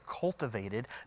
cultivated